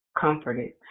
comforted